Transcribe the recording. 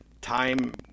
Time